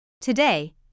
Today